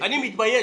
אני מתבייש